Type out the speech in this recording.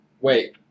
Wait